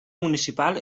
municipal